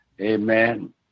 amen